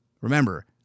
Remember